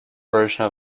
version